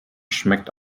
schmeckt